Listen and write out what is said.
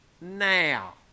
now